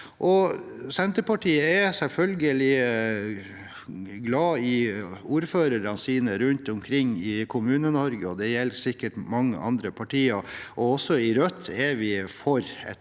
Senterpartiet er selvfølgelig glad i ordførerne sine rundt omkring i Kommune-Norge, og det gjelder sikkert mange andre partier. Også i Rødt er vi for et